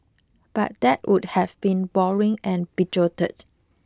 but that would have been boring and bigoted